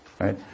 right